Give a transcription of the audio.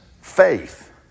faith